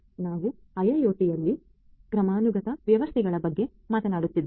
ನಾವು IIoT ನಲ್ಲಿ ಕ್ರಮಾನುಗತ ವ್ಯವಸ್ಥೆಗಳ ಬಗ್ಗೆ ಮಾತನಾಡುತ್ತಿದ್ದೇವೆ